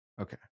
Okay